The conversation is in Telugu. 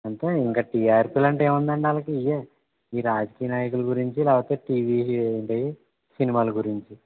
అంతే ఇంక టిఆర్పిలు అంటే ఏముందండి ఆళ్లకి ఇయే ఈ రాజకీయ నాయకుల గురించి లేకపోతే టీవీ ఇదేంటీ సినిమాలు గురించి